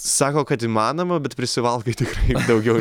sako kad įmanoma bet prisivalgai tikrai daugiau